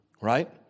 right